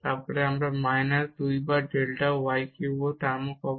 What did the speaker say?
তারপর মাইনাস 2 বার delta y cube টার্মও পাব